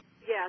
Yes